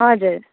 हजुर